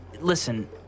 listen